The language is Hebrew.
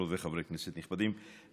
חברות וחברי כנסת נכבדים,